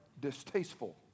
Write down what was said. distasteful